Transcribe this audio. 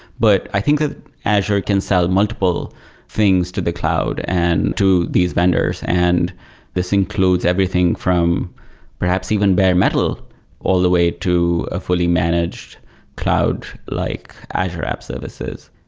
but i think that azure can sell multiple things to the cloud and to these vendors. and this includes everything from perhaps even bare-metal all the way to a fully managed cloud, like azure app services.